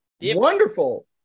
Wonderful